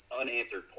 unanswered